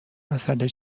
مسئله